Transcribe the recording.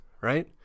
Right